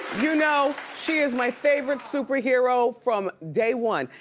you know she is my favorite super hero from day one.